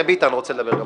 ביטן, רוצה גם לדבר?